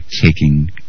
taking